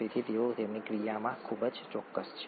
તેથી તેઓ તેમની ક્રિયામાં ખૂબ જ ચોક્કસ છે